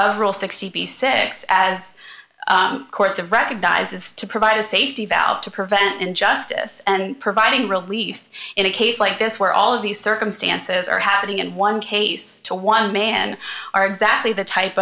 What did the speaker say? of rule sixty six dollars as courts of recognize is to provide a safety valve to prevent injustice and providing relief in a case like this where all of these circumstances are happening in one case to one man are exactly the type